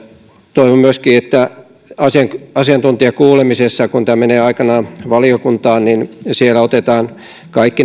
toivon myöskin että asiantuntijakuulemisessa kun tämä menee aikanaan valiokuntaan otetaan esille kaikki